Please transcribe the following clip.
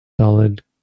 solid